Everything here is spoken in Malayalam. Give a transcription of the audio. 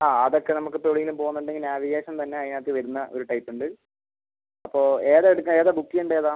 ആ അതൊക്കെ നമുക്ക് ഇപ്പം എവിടെ എങ്കിലും പോകുന്നുണ്ടെങ്കിൽ നാവിഗേഷൻ തന്നെ അതിനകത്ത് വരുന്ന ഒരു ടൈപ്പ് ഉണ്ട് അപ്പം ഏതാ എടുക്കുക ഏതാ ബുക്ക് ചെയ്യണ്ട ഏതാ